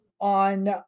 on